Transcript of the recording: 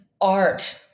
art